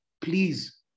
please